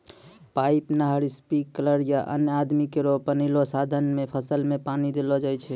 pipe, नहर, sprinkler या अन्य आदमी केरो बनैलो साधन सें फसल में पानी देलो जाय छै